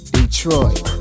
Detroit